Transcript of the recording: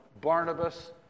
Barnabas